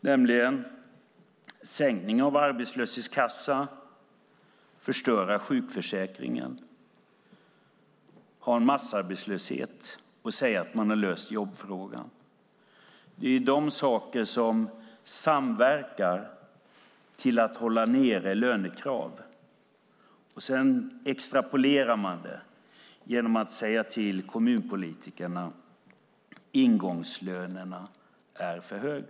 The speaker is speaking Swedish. Det är att sänka arbetslöshetskassan, förstöra sjukförsäkringen och ha en massarbetslöshet och säga att man har löst jobbfrågan. Det är de sakerna som samverkar till att hålla nere lönekraven. Sedan extrapolerar man genom att säga till kommunpolitikerna att ingångslönerna är för höga.